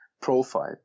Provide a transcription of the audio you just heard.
profile